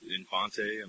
Infante